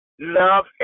Love